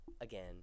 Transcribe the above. Again